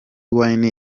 wine